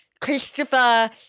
Christopher